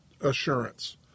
assurance